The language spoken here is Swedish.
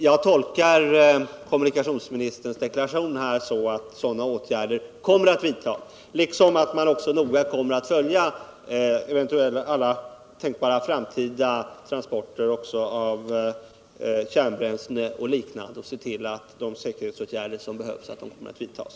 Jag tolkar kommunikationsministerns deklaration så att sådana åtgärder kommer att vidtas, liksom att man noga kommer att följa alla eventuella framtida transporter av kärnbränsle och liknande och se till att erforderliga säkerhetsåtgärder vidtas.